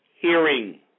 Hearing